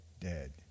dead